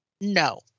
No